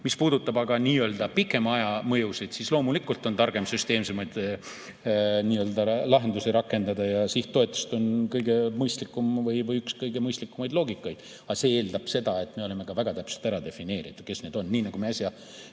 puudutab aga nii-öelda pikema aja mõjusid, siis loomulikult on targem süsteemsemaid lahendusi rakendada ja sihttoetused on kõige mõistlikum või üks kõige mõistlikumaid loogikaid. Aga see eeldab seda, et me oleme väga täpselt ära defineerinud, kes need [abivajajad]